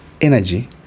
energy